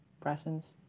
presence